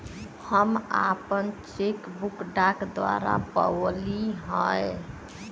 हम आपन cheque book डाक द्वारा पउली है